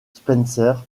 spencer